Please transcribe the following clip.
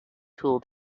tool